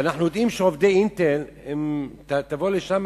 ואנחנו יודעים שעובדי "אינטל" תבוא לשם,